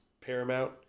paramount